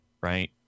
right